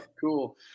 cool